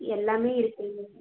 எல்லாமே இருக்குதுங்க